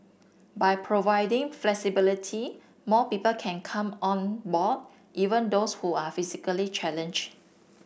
by providing flexibility more people can come on board even those who are physically challenge